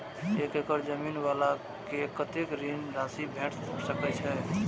एक एकड़ जमीन वाला के कतेक ऋण राशि भेट सकै छै?